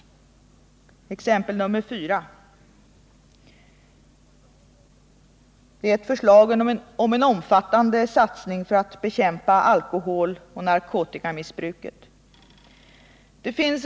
4. Vi föreslår en omfattande satsning för att bekämpa alkoholoch narkotikamissbruket.